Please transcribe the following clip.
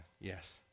Yes